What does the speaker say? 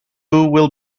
will